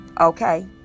okay